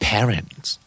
Parents